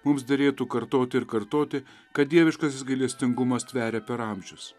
mums derėtų kartoti ir kartoti kad dieviškasis gailestingumas tveria per amžius